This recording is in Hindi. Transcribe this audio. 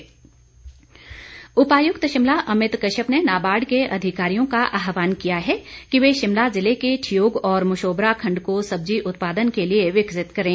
डीसी शिमला उपायुक्त शिमला अमित कश्यप ने नाबार्ड के अधिकारियों का आहवान किया है कि वे शिमला जिले के ठियोग और मशोबरा खण्ड को सब्जी उत्पादन के लिए विकसित करें